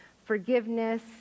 forgiveness